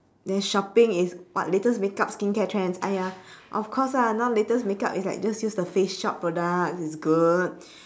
then shopping is what latest makeup skincare trends of course now latest makeup is like just use the face shop product it's good